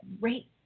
great